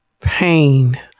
pain